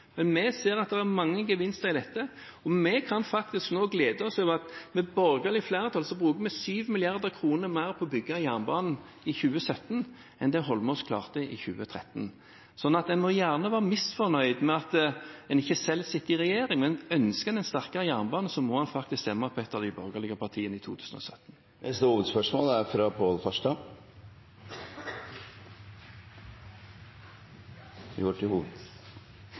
men vi ser at det er mange gevinster med den, og vi kan glede oss over at med borgerlig flertall bruker vi 7 mrd. kr mer på å bygge jernbane i 2017 enn det Eidsvoll Holmås klarte i 2013. En må gjerne være misfornøyd med at en selv ikke sitter i regjering, men ønsker en en sterkere jernbane, må en stemme på et av de borgerlige partiene i 2017. Vi går til neste hovedspørsmål. Spørsmålet mitt går til